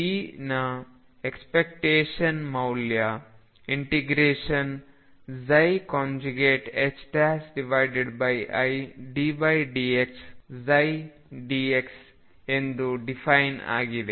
p ನ expectation ಮೌಲ್ಯ ∫iddxψdx ಎಂದು ಡಿಫೈನ್ ಆಗಿದೆ